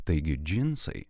taigi džinsai